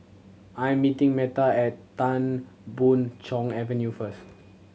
I'm meeting Meta at Tan Boon Chong Avenue first